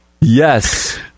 Yes